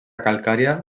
calcària